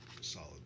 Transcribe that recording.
solid